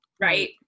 right